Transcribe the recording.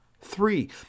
Three